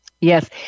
Yes